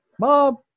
mom